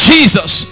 Jesus